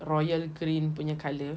royal green punya colour